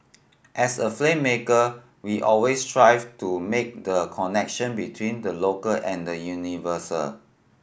as a filmmaker we always strive to make the connection between the local and the universal